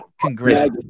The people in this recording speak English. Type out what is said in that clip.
congrats